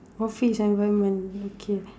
office environment okay